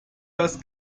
das